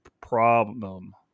problem